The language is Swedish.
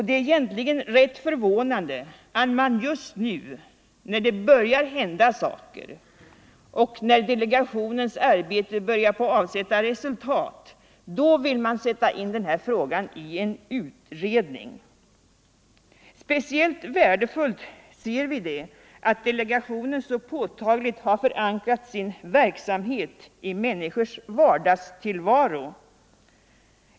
Det är egentligen rätt förvånande att man just nu, när det börjar hända saker och delegationens arbete börjar avsätta resultat, vill sätta in den här frågan i en utredning. Speciellt värdefullt anser vi det vara att delegationen så påtagligt förankrat sin verksamhet i människors vardagstillvaro.